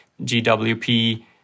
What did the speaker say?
GWP